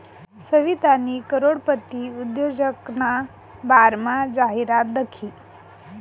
सवितानी करोडपती उद्योजकना बारामा जाहिरात दखी